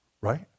Right